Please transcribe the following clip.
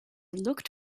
looked